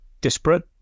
disparate